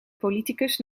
politicus